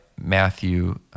matthew